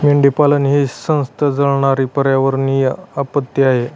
मेंढीपालन ही संथ जळणारी पर्यावरणीय आपत्ती आहे